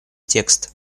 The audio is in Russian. текст